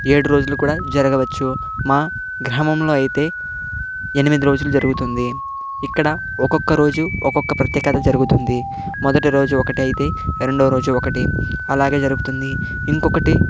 ఏడు రోజులు కూడా జరగవచ్చు మా గ్రామంలో అయితే ఎనిమిది రోజులు జరుగుతుంది ఇక్కడ ఒక్కొక్క రోజు ఒక్కొక్క ప్రత్యేకత జరుగుతుంది మొదటి రోజు ఒకటి అయితే రెండో రోజు ఒకటి అలాగే జరుగుతుంది ఇంకొకటి